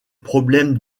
problèmes